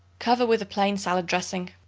cover with a plain salad dressing.